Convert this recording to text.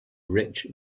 rich